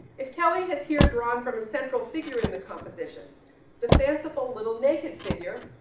if kelly has here drawn from the central figure in the composition the fanciful little naked figure